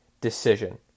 Decision